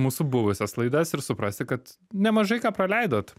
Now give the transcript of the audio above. mūsų buvusias klaidas ir suprasti kad nemažai ką praleidot